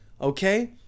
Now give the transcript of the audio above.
Okay